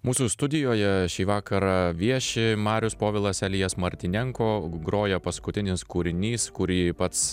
mūsų studijoje šį vakarą vieši marius povilas elijas martynenko groja paskutinis kūrinys kurį pats